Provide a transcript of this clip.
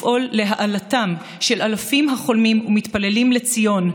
לפעול להעלאתם של אלפים החולמים ומתפללים לציון,